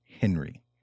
Henry